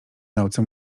nauce